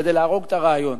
כדי להרוג את הרעיון.